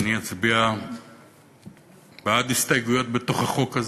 אני אצביע בעד הסתייגויות בתוך החוק הזה,